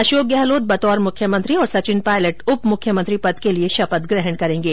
अशोक गहलोत बतौर मुख्यमंत्री और सचिन पायलट उप मुख्यमंत्री पद के लिए शपथ ग्रहण करेंगे